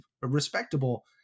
respectable